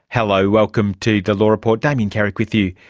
hello, welcome to the law report, damien carrick with you.